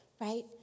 right